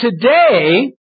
today